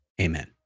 Amen